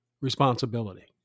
responsibility